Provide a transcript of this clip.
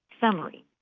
summary